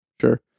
Sure